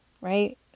right